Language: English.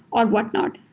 or whatnot?